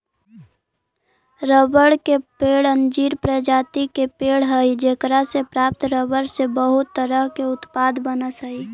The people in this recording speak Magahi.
रबड़ के पेड़ अंजीर प्रजाति के पेड़ हइ जेकरा से प्राप्त रबर से बहुत तरह के उत्पाद बनऽ हइ